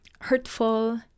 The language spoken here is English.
hurtful